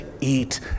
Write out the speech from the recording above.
eat